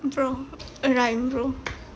bro a rhyme bro